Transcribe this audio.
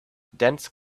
dense